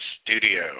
studio